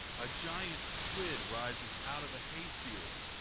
a giant squid rises out of a hayfield,